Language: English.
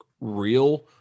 real